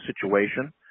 situation